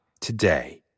today